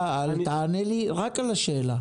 תענה לי רק על השאלה.